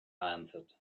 answered